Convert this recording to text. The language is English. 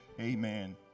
amen